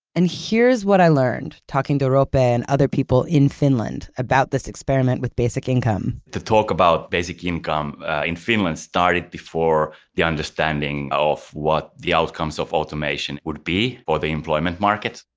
and here is what i learned talking to roope and other people in finland about this experiment with basic income the talk about basic income in finland started before the understanding of what the outcomes of automation would be for the employment market.